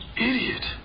Idiot